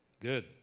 Good